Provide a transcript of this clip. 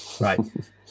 Right